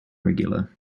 regular